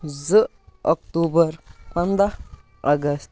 زٕ اکتوٗبَر پنٛداہ اَگست